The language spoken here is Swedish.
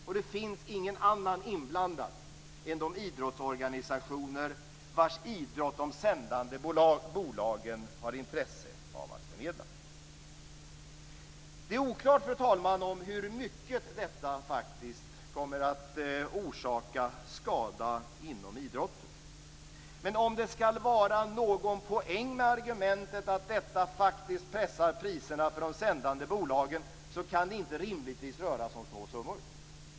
Och det finns ingen annan inblandad än de idrottsorganisationer vars idrott de sändande bolagen har intresse av att förmedla. Det är oklart, fru talman, hur mycket detta faktiskt kommer att orsaka skada inom idrotten. Men om det skall vara någon poäng med argumentet att detta faktiskt pressar priserna för de sändande bolagen kan det inte rimligtvis röra sig om små summor.